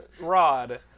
rod